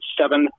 seven